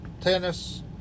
Tennis